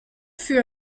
fut